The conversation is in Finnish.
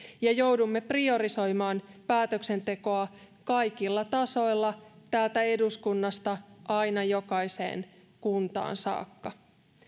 ja joudumme priorisoimaan päätöksentekoa kaikilla tasoilla täältä eduskunnasta aina jokaiseen kuntaan saakka